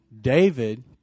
David